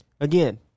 Again